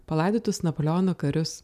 palaidotus napoleono karius